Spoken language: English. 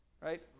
right